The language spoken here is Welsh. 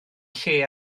lle